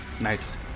Nice